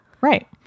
right